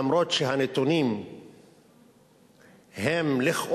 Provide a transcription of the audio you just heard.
אף שהנתונים ממשרד ראש הממשלה הם לכאורה